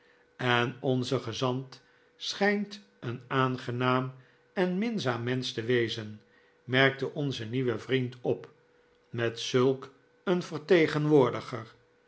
en onze gezant schijnt een aangenaam en minzaam mensch te wezen merkte onze nieuwe vriend op met zulk een vertegenwoordiger